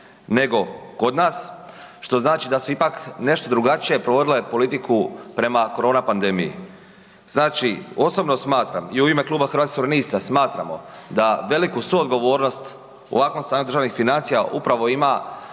nego kod nas što znači da su ipak nešto drugačije provodile politiku prema korona pandemiji. Znači osobno smatram i u ime kluba Hrvatskih suverenista smatramo da veliku suodgovornost u ovakvom stanju državnih financija upravo ima